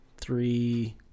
three